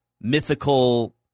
mythical